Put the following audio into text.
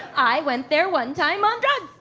i went there one time on drugs.